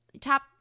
Top